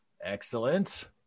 Excellent